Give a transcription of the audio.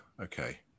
okay